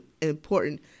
important